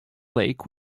lake